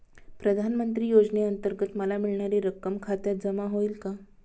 प्रधानमंत्री योजनेअंतर्गत मला मिळणारी रक्कम खात्यात जमा होईल का?